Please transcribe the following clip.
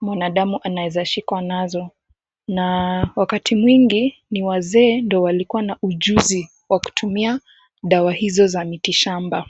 mwanadamu anaweza kushikwa nazo na wakati mwingi ni wazee walikuwa na ujuzi wa kutumia dawa hizo za miti shamba.